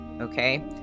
okay